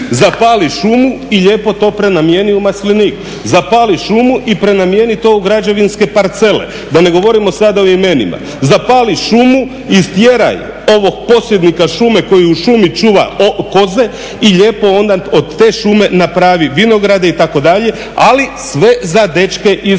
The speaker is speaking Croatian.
Zapali šumu i lijepo to prenamijeni u maslinik, zapali šumu i prenamijeni to u građevinske parcele. Da ne govorimo sada o imenima. Zapali šumu i stjera ovog posjednika šume koji u šumi čuva koze i lijepo onda od te šume napravi vinograde itd. ali sve za dečke iz određene